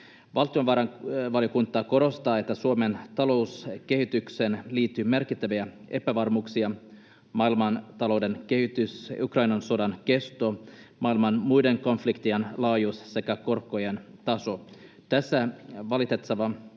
Valtiovarainvaliokunta korostaa, että Suomen talouskehitykseen liittyy merkittäviä epävarmuuksia: maailmantalouden kehitys, Ukrainan sodan kesto, maailman muiden konfliktien laajuus sekä korkojen taso.